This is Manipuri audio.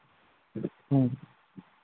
ꯎꯝ